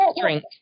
drink